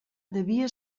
devia